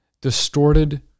distorted